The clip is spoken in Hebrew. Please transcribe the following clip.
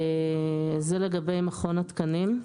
זה לגבי מכון התקנים.